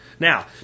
Now